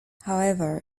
however